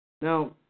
Now